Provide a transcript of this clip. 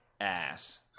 ass